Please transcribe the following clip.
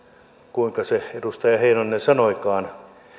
kuinka se edustaja heinonen sanoikaan